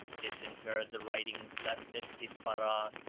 disinterred the writings left at sippara,